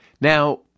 Now